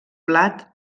plat